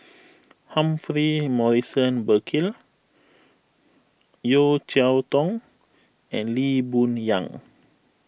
Humphrey Morrison Burkill Yeo Cheow Tong and Lee Boon Yang